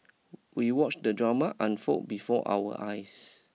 we watched the drama unfold before our eyes